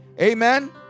Amen